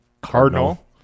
cardinal